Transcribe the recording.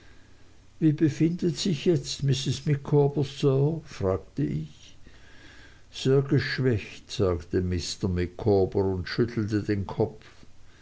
wie befindet sich jetzt mrs micawber sir fragte ich sehr geschwächt sagte mr micawber und schüttelte den kopf